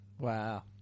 Wow